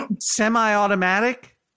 Semi-automatic